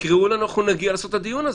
תקראו לנו, אנחנו נגיע לעשות את הדיון הזה,